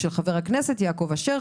של חבר הכנסת יעקב אשר,